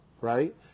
right